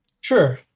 Sure